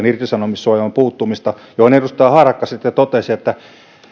irtisanomissuojaan puuttumista mihin edustaja harakka sitten totesi että